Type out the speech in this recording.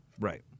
Right